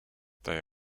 they